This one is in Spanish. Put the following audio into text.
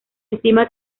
estima